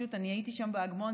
אני הייתי שם באגמון,